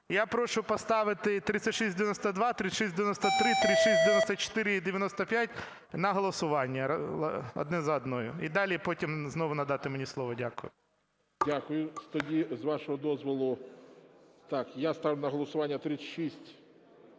Я прошу поставити 3692, 3693, 3694 і -95 на голосування одну за одною. І далі потім знову надати мені слово. Дякую. ГОЛОВУЮЧИЙ. Дякую. Тоді, з вашого дозволу, я ставлю на голосування 3692,